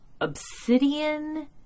obsidian